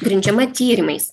grindžiama tyrimais